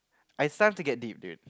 I start to get deep dude